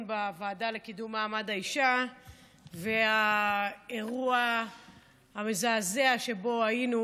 בוועדה לקידום מעמד האישה והאירוע המזעזע שבו היינו,